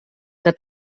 que